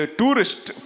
tourist